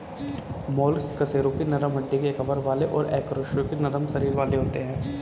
mollusc कशेरुकी नरम हड्डी के कवर वाले और अकशेरुकी नरम शरीर वाले होते हैं